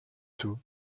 tout